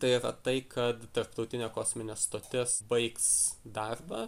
tai yra tai kad tarptautinė kosminė stotis baigs darbą